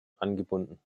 angebunden